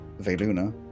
Veluna